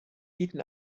bieten